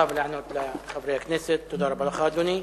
רבע מיליארד דולר והועיד את הכסף להקמת בית-חולים שיקומי בפריפריה.